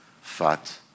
fat